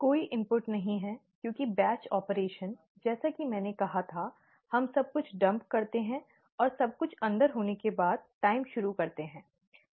कोई इनपुट नहीं है क्योंकि बैच ऑपरेशन जैसा कि मैंने कहा था हम सब कुछ डंप करते हैं और सब कुछ अंदर होने के बाद समय शुरू करते हैं ठीक है